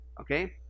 okay